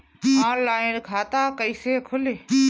Online खाता कईसे खुलि?